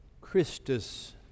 Christus